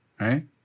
right